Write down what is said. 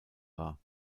war